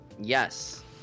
Yes